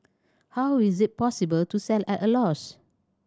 how is it possible to sell at a loss